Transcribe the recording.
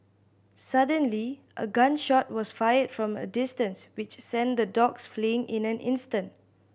suddenly a gun shot was fired from a distance which sent the dogs fleeing in an instant